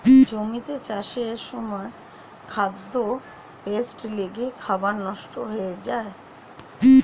জমিতে চাষের সময় খাদ্যে পেস্ট লেগে খাবার নষ্ট হয়ে যায়